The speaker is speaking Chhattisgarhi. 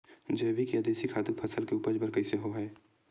जैविक या देशी खातु फसल के उपज बर कइसे होहय?